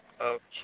Okay